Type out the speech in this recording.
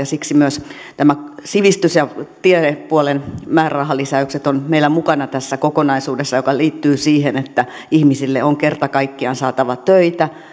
siksi myös nämä sivistys ja tiedepuolen määrärahalisäykset ovat meillä mukana tässä kokonaisuudessa joka liittyy siihen että ihmiselle on kerta kaikkiaan saatava töitä